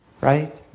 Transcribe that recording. right